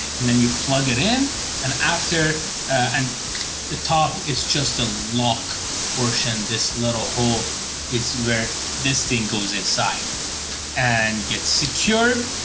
and then you plug it in and after and the top is just a lock portion, this little hole is where this thing goes inside and get secured.